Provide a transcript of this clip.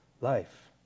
life